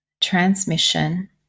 transmission